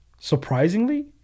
surprisingly